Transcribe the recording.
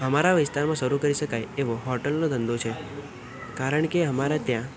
અમારા વિસ્તારમાં શરૂ કરી શકાય એવો હોટલનો ધંધો છે કારણ કે અમારા ત્યાં